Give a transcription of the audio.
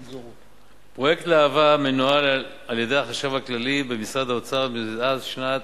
פרויקט להב"ה מנוהל על-ידי החשב הכללי במשרד האוצר מאז שנת